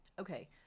Okay